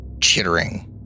chittering